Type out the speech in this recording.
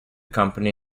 company